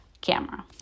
camera